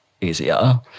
easier